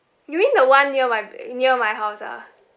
you mean the [one] near my pl~ near my house ah